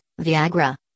Viagra